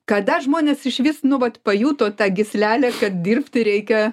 kada žmonės išvis nu vat pajuto tą gyslelę kad dirbti reikia